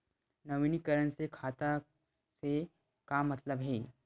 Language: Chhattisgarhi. नवीनीकरण से खाता से का मतलब हे?